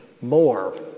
more